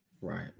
Right